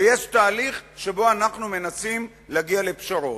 ויש תהליך שבו אנחנו מנסים להגיע לפשרות.